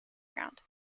ground